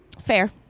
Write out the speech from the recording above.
Fair